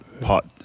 pot